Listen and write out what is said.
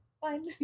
fine